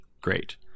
great